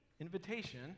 invitation